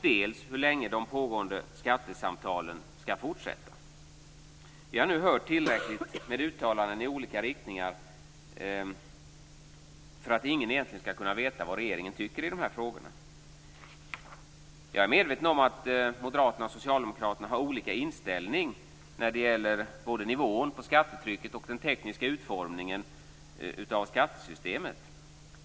Vi har nu hört tillräckligt med uttalanden i olika riktningar för att ingen egentligen skall kunna veta vad regeringen tycker i dessa frågor. Jag är medveten om att moderaterna och socialdemokraterna har olika inställning när det gäller både nivån på skattetrycket och den tekniska utformningen av skattesystemet.